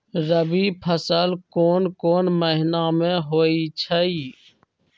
रबी फसल कोंन कोंन महिना में होइ छइ?